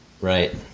right